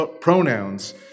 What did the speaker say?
pronouns